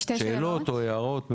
שאלות או הערות.